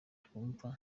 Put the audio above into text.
twumva